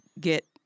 get